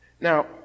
Now